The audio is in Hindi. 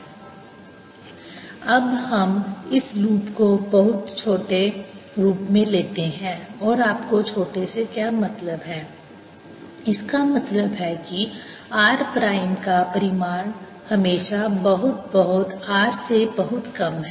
Ar04πIds×r rr r304πIds×r rr r3 अब हम इस लूप को बहुत बहुत छोटे रूप में लेते हैं और आपको छोटे से क्या मतलब है इसका मतलब है कि r प्राइम का परिमाण हमेशा बहुत बहुत r से बहुत कम है